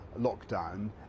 lockdown